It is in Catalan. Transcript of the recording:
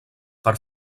per